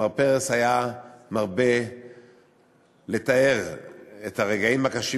מר פרס היה מרבה לתאר את הרגעים הקשים